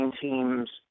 teams